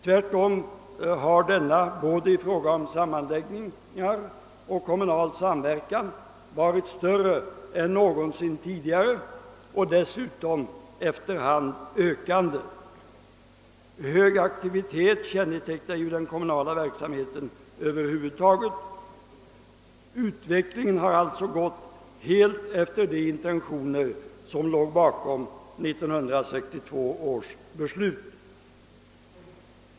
Tvärtom har denna i fråga om både sammanläggningar och kommunal samverkan varit större än någonsin tidigare och dessutom efter hand ökande. Hög aktivitet kännetecknar ju den kommunala verksamheten över huvud taget. Utvecklingen har alltså gått helt efter de intentioner som låg bakom: 1962 års beslut.